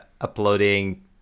uploading